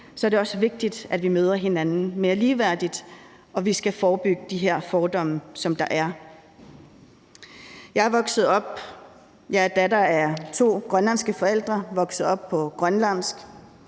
er det også vigtigt, at vi møder hinanden mere ligeværdigt, og vi skal forebygge de her fordomme, som der er. Jeg er som datter af to grønlandske forældre vokset op med grønlandsk.